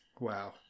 wow